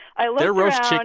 i looked around and.